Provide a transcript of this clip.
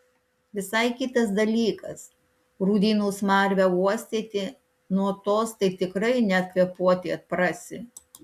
visai kitas dalykas rūdynų smarvę uostyti nuo tos tai tikrai net kvėpuoti atprasi